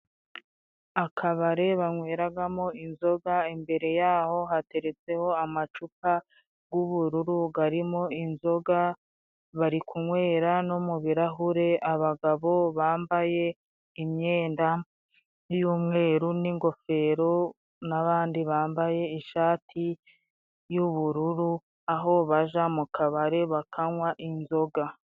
Akabare banyweragamo inzoga, imbere yaho hateretseho amacupa g'ubururu garimo inzoga, bari kunywera no mu birahure. Abagabo bambaye imyenda y'umweru n'ingofero n'abandi bambaye ishati y'ubururu, aho baja mu kabare bakanywa inzoga.